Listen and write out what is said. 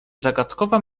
zagadkowa